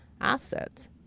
asset